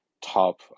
top